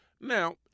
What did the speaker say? now